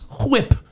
whip